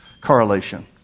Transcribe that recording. correlation